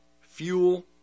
fuel